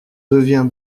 devient